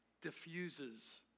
diffuses